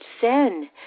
sin